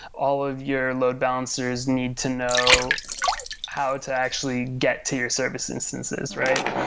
all of your load balancers need to know how to actually get to your service instances right.